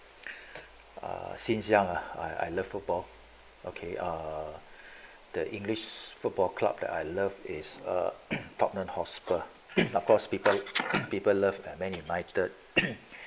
since young ah I I love football okay uh the english football club that I love is uh totten hotspur of course people people love that man united